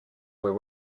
were